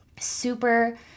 Super